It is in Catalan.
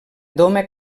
doma